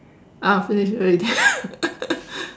ah finish already